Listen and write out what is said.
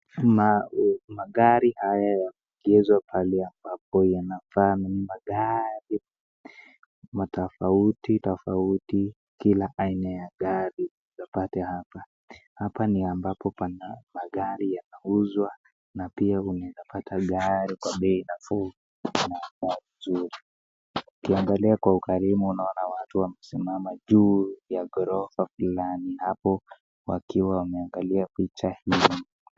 Magari haya yanauzwa mahali ambapo yanafaa, ni magari matofauti tofauti kila aina ya gari utapata hapa. Hapa niambapo pana magari yanauzwa na pia unaeza pata gari kwa bei nafuu na zuri. Ukiangali kwa ukaribu unaona watu wamesimama juu ya gorofa fulani hapo wakiwa wameangalia picha hii.